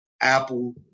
Apple